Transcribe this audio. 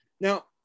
Now